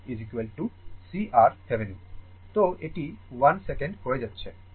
তো এটি 1 সেকেন্ড হয়ে যাচ্ছে